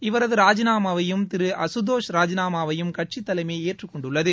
இவரது ராஜினாமாவையும் அசுதோஸ் ராஜினாமாவையும் கட்சி தலைமை ஏற்றுக்கொண்டுள்ளது